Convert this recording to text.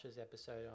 episode